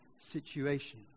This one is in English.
situation